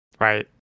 Right